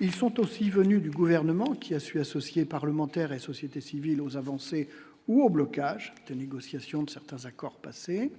ils sont aussi venus du gouvernement qui a su associer parlementaire et société civile aux avancées ou au blocage des négociations de certains accords passés,